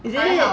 is it